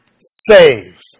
saves